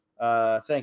Thank